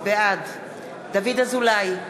בעד דוד אזולאי,